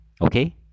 Okay